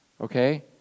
okay